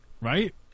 Right